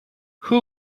who